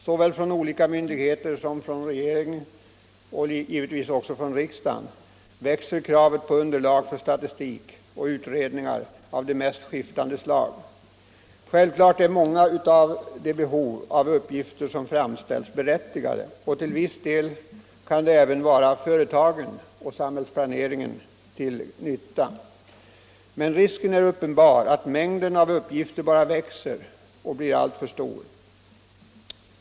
Såväl från olika myndigheter som från regeringen, och givetvis också här från riksdagen, växer kravet på underlag för statistik och utredningar av de mest skiftande slag. Självfallet är många av de krav på uppgifter som framställs berättigade, och till viss del kan uppgifterna även vara företagen och samhällsplaneringen till nytta. Men risken är uppenbar att mängden av uppgifter bara växer och blir alltför stor.